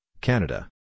Canada